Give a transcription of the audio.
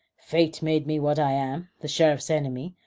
fate made me what i am, the sheriff's enemy,